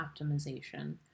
optimization